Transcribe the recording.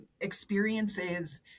experiences